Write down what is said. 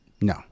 No